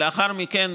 לאחר מכן,